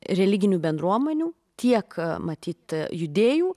religinių bendruomenių tiek matyt judėjų